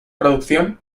producción